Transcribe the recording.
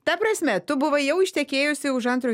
ta prasme tu buvai jau ištekėjusi už antro